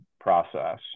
process